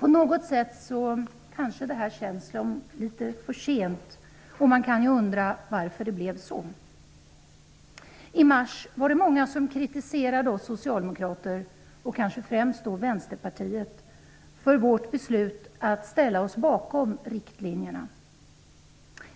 På något sätt känns detta kanske som något för sent, och man kan ju undra varför det blev så. I mars var det många -- kanske främst vänsterpartister -- som kritiserade oss socialdemokrater för vårt beslut att ställa oss bakom riktlinjerna.